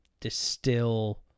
distill